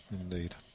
indeed